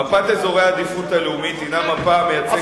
מפת אזורי העדיפות הלאומית היא מפה המייצגת את